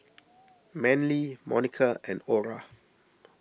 Manly Monica and Ora